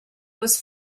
was